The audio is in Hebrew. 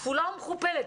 כפולה ומכופלת.